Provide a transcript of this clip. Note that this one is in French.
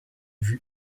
vue